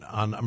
on